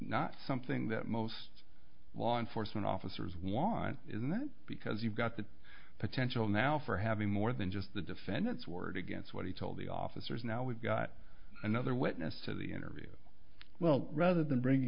not something that most law enforcement officers want in that because you've got the potential now for having more than just the defendant's word against what he told the officers now we've got another witness to the interview well rather than bringing